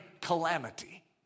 calamity